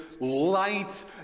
light